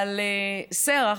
אבל שרח,